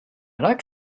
like